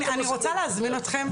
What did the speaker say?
אני רוצה להזמין אתכם,